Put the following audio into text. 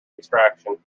extraction